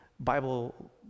Bible